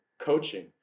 coaching